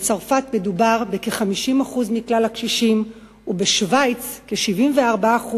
בצרפת מדובר ב-50% מכלל הקשישים ובשווייץ ב-74%